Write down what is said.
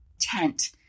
tent